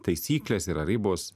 taisyklės yra ribos